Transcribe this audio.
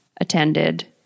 attended